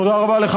תודה רבה לך.